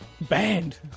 Banned